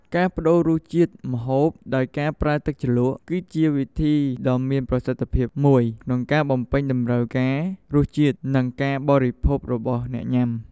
ការប្តូររសជាតិម្ហូបដោយការប្រើទឹកជ្រលក់ គឺជាវិធីដ៏មានប្រសិទ្ធភាពមួយក្នុងការបំពេញតម្រូវការរសជាតិ និងការបរិភោគរបស់អ្នកញ៉ាំ។